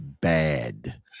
bad